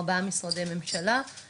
ארבעה משרדי ממשלה,